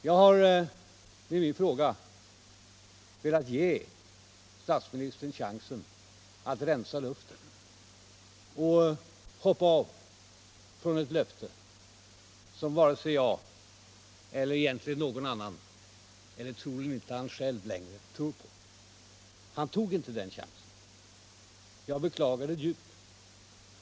Jag har med min fråga velat ge statsministern chansen att rensa luften och hoppa av från ett löfte som varken jag eller egentligen någon annan, förmodligen inte ens statsministern själv, tror på längre. Han tog inte den chansen. Jag beklagar det djupt.